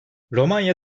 romanya